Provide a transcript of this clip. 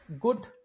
good